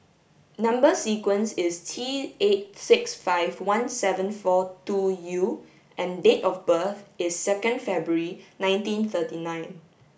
number sequence is T eight six five one seven four two U and date of birth is second February nineteen thirty nine